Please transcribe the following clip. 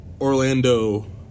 Orlando